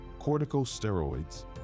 corticosteroids